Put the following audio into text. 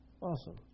Awesome